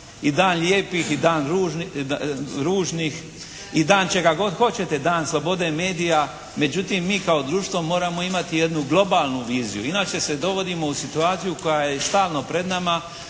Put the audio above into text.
i dan lijepih i dan ružnih. I dan čega god hoćete, dan slobode medija. Međutim mi kao društvo moramo imati jednu globalnu viziju. Inače se dovodimo u situaciju koja je stalno pred nama